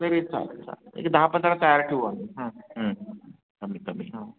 तरी चालेल चालेल एक दहा पंधरा तयार ठेवू आम्ही कमी कमी हां